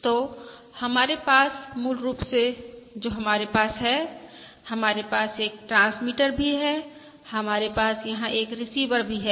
तो हमारे पास मूल रूप से जो हमारे पास है हमारे पास एक ट्रांसमीटर भी है और हमारे पास यहां एक रिसीवर भी है